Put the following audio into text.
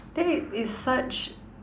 that is such